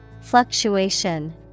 Fluctuation